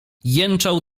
jęczał